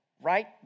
right